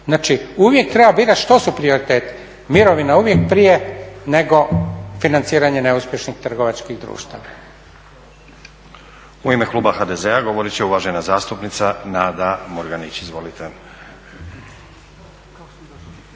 Znači uvijek treba birat što su prioriteti, mirovina uvijek prije nego financiranje neuspješnih trgovačkih društava. **Stazić, Nenad (SDP)** U ime kluba HDZ-a govorit će uvažena zastupnica Nada Murganić. Izvolite.